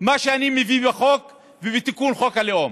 מה שאני מביא בחוק ובתיקון חוק הלאום.